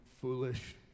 foolish